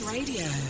Radio